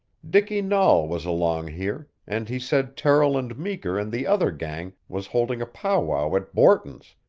dicky nahl was along here, and he said terrill and meeker and the other gang was holding a powwow at borton's,